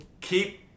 keep –